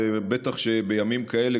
ובטח שבימים כאלה,